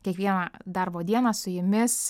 kiekvieną darbo dieną su jumis